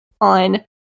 on